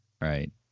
Right